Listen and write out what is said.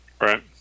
Right